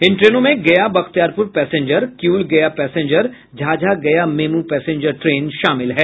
इन ट्रेनों में Gaya Bakhtiyarpur passenger Kiul Gaya passenger Jhajha Gaya MEMU passenger train शामिल हैं